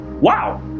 Wow